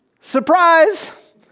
surprise